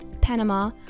Panama